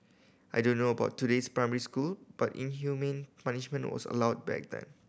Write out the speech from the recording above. I don't know about today's primary school but inhumane punishment was allowed back then